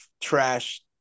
trash